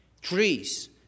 Trees